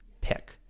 pick